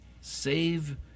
Save